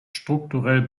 strukturell